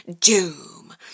doom